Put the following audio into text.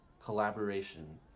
collaboration